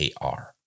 AR